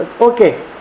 Okay